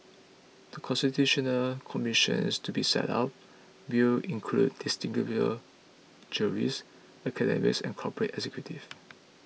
The Constitutional Commission is to be set up will include distinguished jurists academics and corporate executives